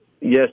yes